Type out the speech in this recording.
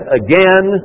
again